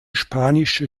spanische